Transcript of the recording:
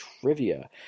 trivia